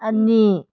ꯑꯅꯤ